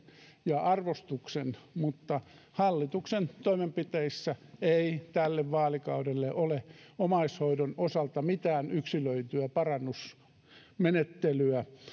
ja arvostuksen mutta hallituksen toimenpiteissä ei tälle vaalikaudelle ole omaishoidon osalta mitään yksilöityä parannusmenettelyä